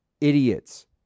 idiots